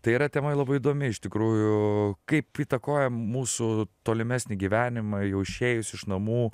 tai yra tema labai įdomi iš tikrųjų kaip įtakoja mūsų tolimesnį gyvenimą jau išėjus iš namų